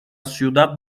ciudad